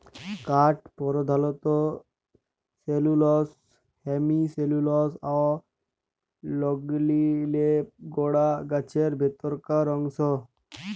কাঠ পরধালত cellulose, hemicellulose অ লিগলিলে গড়া গাহাচের ভিতরকার অংশ